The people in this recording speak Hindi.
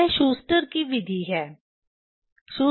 यह शूस्टर की विधि Schuster's method है